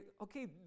Okay